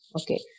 okay